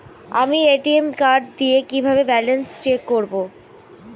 আমি ATM card দিয়ে কিভাবে ব্যালেন্স চেক করব?